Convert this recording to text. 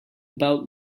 about